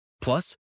Plus